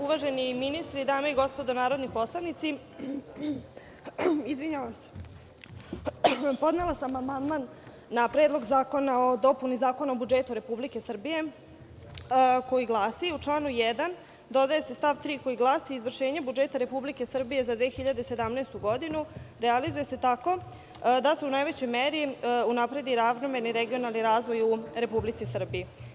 Uvaženi ministri, dame i gospodo narodni poslanici, podnela sam amandman na Predlog zakona o dopuni Zakona o budžetu Republike Srbije, koji glasi – U članu 1. dodaje se stav 3. koji glasi: „Izvršenje budžeta Republike Srbije za 2017. godinu realizuje se tako da se u najvećoj meri unapredi ravnomerni regionalni razvoj u Republici Srbiji“